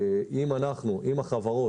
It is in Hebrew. אם החברות,